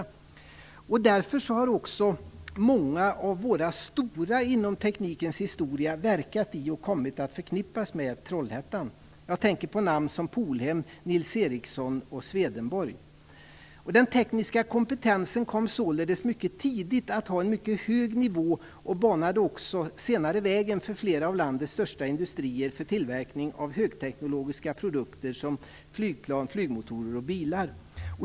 Därför har också många av våra stora inom teknikens historia verkat i och kommit att förknippas med Trollhättan. Jag tänker på namn som Polhem, Nils Den tekniska kompetensen kom således mycket tidigt att ha en mycket hög nivå och banade också senare väg för flera av landets största industrier för tillverkning av högteknologiska produkter som flygplan, flygmotorer och bilar.